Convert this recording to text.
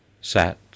sat